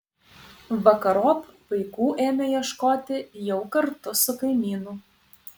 vakarop vaikų ėmė ieškoti jau kartu su kaimynu